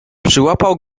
przyłapał